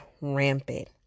rampant